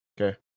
okay